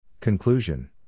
Conclusion